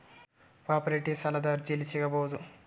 Property ಸಾಲದ ಅರ್ಜಿ ಎಲ್ಲಿ ಸಿಗಬಹುದು?